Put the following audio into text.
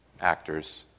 Actors